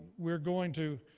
we're going to,